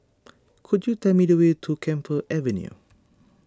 could you tell me the way to Camphor Avenue